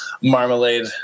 marmalade